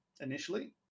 initially